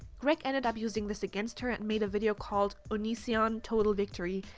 greg ended up using this against her and made a video called onision total victory,